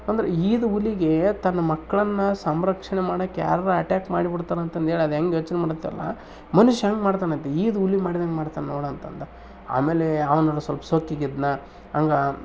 ಅಂದ್ರೆ ಈದ ಹುಲಿಗೇ ತನ್ನ ಮಕ್ಕಳನ್ನ ಸಂರಕ್ಷಣೆ ಮಾಡೋಕ್ ಯಾರಾರ ಅಟ್ಯಾಕ್ ಮಾಡಿ ಬಿಡ್ತಾರ ಅಂತ ಅಂದು ಹೇಳೋದ್ ಹೆಂಗ್ ಯೋಚನೆ ಮಾಡುತ್ತಲ್ಲ ಮನುಷ್ಯ ಹಂಗೆ ಮಾಡ್ತನಂತ ಈದ ಹುಲಿ ಮಾಡ್ದಂಗೆ ಮಾಡ್ತಾನೆ ನೋಡು ಅಂತಂದು ಆಮೇಲೆ ಅವನು ಸ್ವಲ್ಪ್ ಸೊಕ್ಕಿಗಿದ್ನ ಅಂಗಾ